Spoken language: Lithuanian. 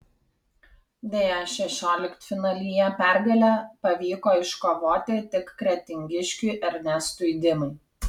deja šešioliktfinalyje pergalę pavyko iškovoti tik kretingiškiui ernestui dimai